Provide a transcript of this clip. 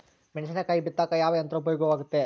ಮೆಣಸಿನಕಾಯಿ ಬಿತ್ತಾಕ ಯಾವ ಯಂತ್ರ ಉಪಯೋಗವಾಗುತ್ತೆ?